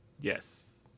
Yes